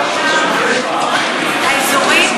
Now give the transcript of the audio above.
האזורים,